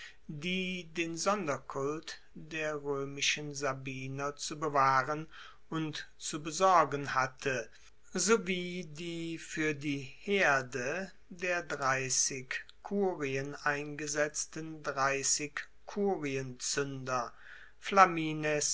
die den sonderkult der roemischen sabiner zu bewahren und zu besorgen hatte sowie die fuer die herde der dreissig kurien eingesetzten dreissig